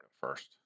first